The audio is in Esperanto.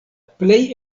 plej